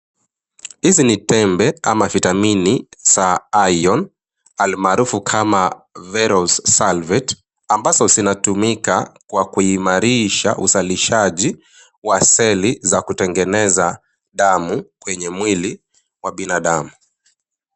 Hizi ni tembe ama vitamini za iron , almaarufu kama 'Ferrous Sulfate' ambazo zinatumika kwa kuimarisha uzalishaji wa seli za kutengeneza damu kwenye mwili wa binadamu.